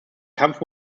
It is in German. kampf